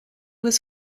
was